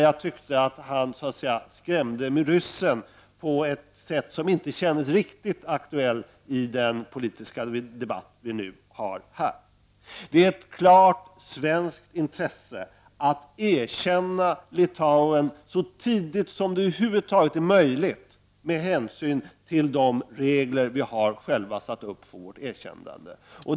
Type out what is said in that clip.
Jag tyckte att han så att säga skrämde med ryssen på ett sätt som inte kändes riktigt aktuellt i den politiska debatt vi nu för här. Det är ett klart svenskt intresse att erkänna Litauen så tidigt som det över huvud taget är möjligt, med hänsyn till de regler vi själva har satt upp för erkännande.